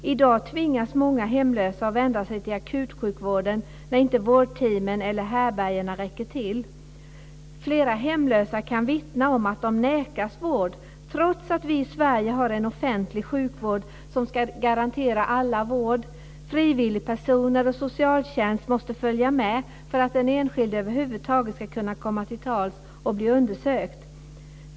I dag tvingas många hemlösa att vända sig till akutsjukvården när vårdteamen eller härbärgena inte räcker till. Flera hemlösa kan vittna om att de nekas vård, trots att vi i Sverige har en offentlig sjukvård som ska garantera alla vård. Frivilligpersoner och socialtjänst måste följa med för att den enskilde över huvud taget ska kunna komma till tals och bli undersökt.